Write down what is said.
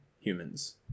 humans